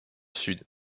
sud